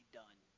done